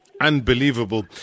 Unbelievable